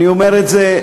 אני אומר את זה.